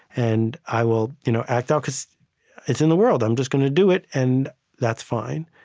and i will you know act out, because it's in the world i'm just going to do it and that's fine.